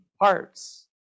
parts